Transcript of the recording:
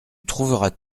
trouveras